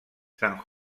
san